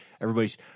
everybody's